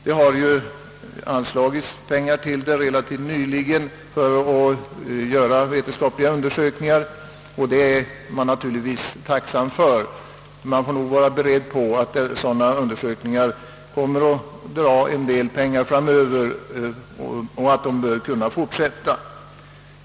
Relativt nyligen har pengar anslagits till vetenskapliga forskningar i denna sak, vilket man naturligtvis är tacksam för. Man får nog vara beredd på att sådana undersökningar kommer att kräva en del pengar framöver och att undersökningarna bör fortsättas.